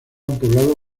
poblado